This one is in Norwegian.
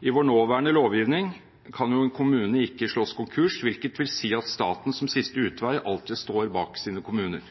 I vår nåværende lovgivning kan en kommune ikke slås konkurs, hvilket vil si at staten som siste utvei alltid står bak sine kommuner.